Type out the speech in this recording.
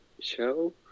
show